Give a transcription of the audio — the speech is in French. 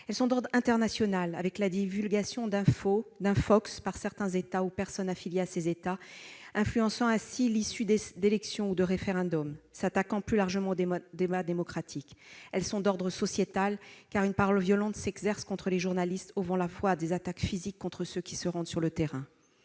aussi d'ordre international, avec la divulgation par certains États ou personnes affiliées d'infox qui influencent l'issue d'élections ou de référendums et, plus généralement, s'attaquent au débat démocratique. Elles sont, enfin, d'ordre sociétal, car une parole violente s'exerce contre les journalistes, ouvrant la voie à des attaques physiques contre ceux qui se rendent sur le terrain.